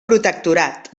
protectorat